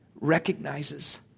recognizes